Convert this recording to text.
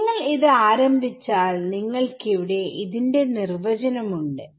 നിങ്ങൾ ഇത് ആരംഭിച്ചാൽ നിങ്ങൾക്കിവിടെ ന്റെ നിർവചനം ഉണ്ട്